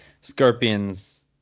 scorpion's